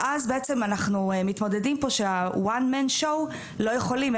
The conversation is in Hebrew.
ואז בעצם אנחנו מתמודדים פה ש- one man show לא יכולים,